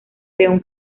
peón